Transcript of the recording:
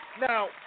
Now